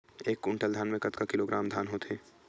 एक कुंटल धान में कतका किलोग्राम धान होथे?